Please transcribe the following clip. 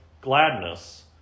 gladness